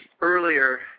earlier